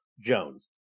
Jones